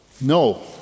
no